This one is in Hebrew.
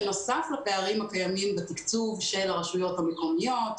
בנוסף לפערים הקיימים בתקצוב של הרשויות המקומיות,